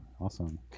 awesome